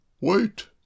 Wait